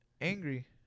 Angry